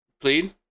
plead